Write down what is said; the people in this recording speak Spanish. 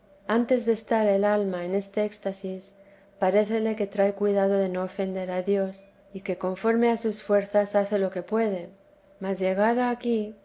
antes de estar el alma en esta éxtasi parécele que trae cuidado de no ofender a dios y que conforme a sus fuerzas hace lo que puede mas llegada aquí